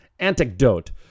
antidote